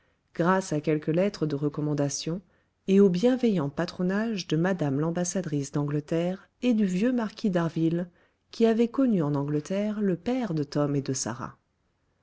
grâce à quelques lettres de recommandation et au bienveillant patronage de mme l'ambassadrice d'angleterre et du vieux marquis d'harville qui avait connu en angleterre le père de tom et de sarah